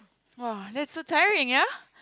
!wah! that's so tiring ya